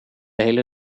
hele